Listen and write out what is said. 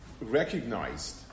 recognized